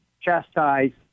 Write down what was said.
chastised